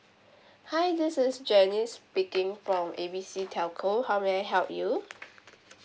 hi this is janice speaking from A B C telco how may I help you